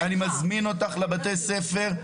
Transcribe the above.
אני מזמין אותך לבתי ספר.